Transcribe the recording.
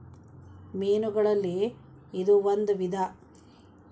ಮೇನುಗಳಲ್ಲಿ ಇದು ಒಂದ ವಿಧಾ